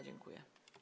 Dziękuję.